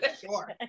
sure